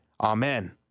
Amen